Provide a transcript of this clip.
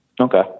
Okay